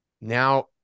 now